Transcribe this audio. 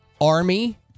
Army